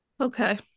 okay